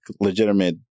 legitimate